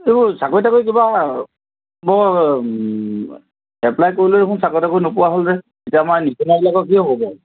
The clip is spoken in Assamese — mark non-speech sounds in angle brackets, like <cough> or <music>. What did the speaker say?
এইবোৰ চাকৰি তাকৰি কিবা মোৰ এপ্লাই কৰিলেও চাকৰি তাকৰি নোপোৱা হ'লোঁ যে এতিয়া মই <unintelligible>